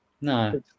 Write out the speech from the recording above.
No